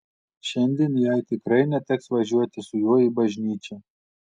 šiandien jai tikrai neteks važiuoti su juo į bažnyčią